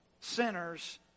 sinners